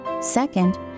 Second